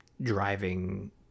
driving